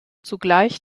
zugleich